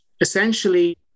essentially